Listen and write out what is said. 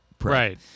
right